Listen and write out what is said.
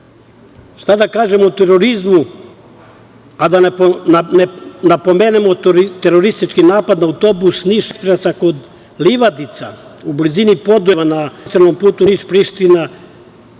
da kažemo o terorizmu a da ne napomenemo teroristički napad na autobus „Niš ekspresa“ kod Livadica u blizini Podujeva na Magistralnom put Niš-Priština